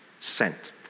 sent